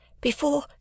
Before